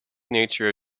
nature